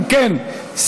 אם כן,